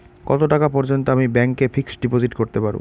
কত টাকা পর্যন্ত আমি ব্যাংক এ ফিক্সড ডিপোজিট করতে পারবো?